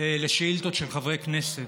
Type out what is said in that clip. שאילתות של חברי כנסת.